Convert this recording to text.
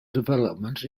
development